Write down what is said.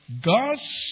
God's